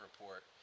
report